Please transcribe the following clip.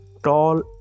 tall